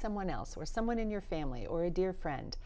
someone else or someone in your family or a dear friend